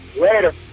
Later